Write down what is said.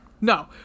No